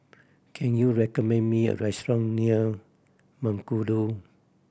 can you recommend me a restaurant near Mengkudu